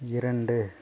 இரண்டு